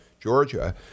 Georgia